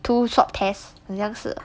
two swab test 好像是